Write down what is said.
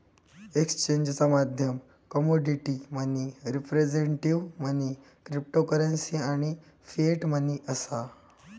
एक्सचेंजचा माध्यम commodity money, representative money, cryptocurrency आणि फिएट मनी असा